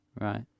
Right